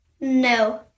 No